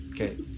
Okay